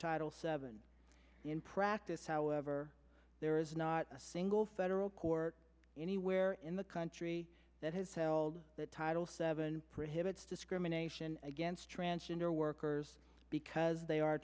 title seven in practice however there is not a single federal court anywhere in the country that has held that title seven prohibits discrimination against transgender workers because they are